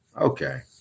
Okay